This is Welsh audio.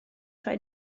troi